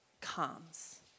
comes